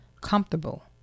comfortable